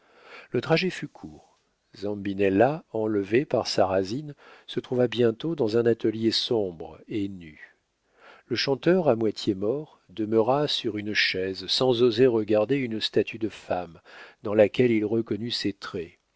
le trajet fut court zambinella enlevé par sarrasine se trouva bientôt dans un atelier sombre et nu le chanteur à moitié mort demeura sur une chaise sans oser regarder une statue de femme dans laquelle il reconnut ses traits